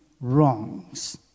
wrongs